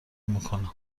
میکنه